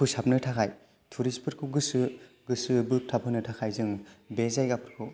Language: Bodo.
फोसाबनो थाखाय टुरिस्त फोरखौ गोसो गोसो बोग्थाबहोनो थाखाय जों बे जायगाफोरखौ